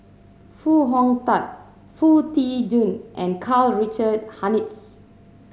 Foo Hong Tatt Foo Tee Jun and Karl Richard Hanitsch